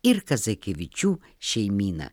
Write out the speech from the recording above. ir kazakevičių šeimyna